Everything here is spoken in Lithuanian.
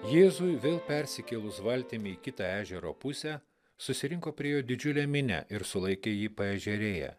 jėzui vėl persikėlus valtimi į kitą ežero pusę susirinko prie jo didžiulė minia ir sulaikė jį paežerėje